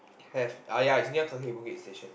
have uh ya it's near Kaki-Bukit Station